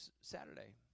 Saturday